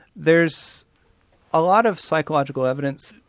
there's a lot of psychological evidence.